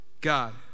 God